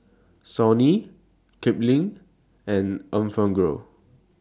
Sony Kipling and Enfagrow